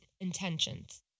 intentions